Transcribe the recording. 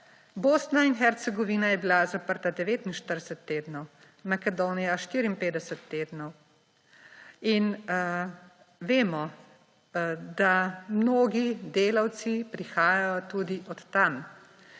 Bosna in Hercegovina je bila zaprta 49 tednov, Makedonija 54 tednov. In vemo, da mnogi delavci prihajajo tudi od tam,